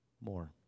more